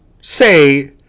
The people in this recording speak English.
say –